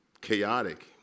chaotic